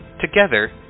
Together